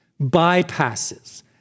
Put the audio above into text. bypasses